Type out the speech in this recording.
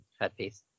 headpiece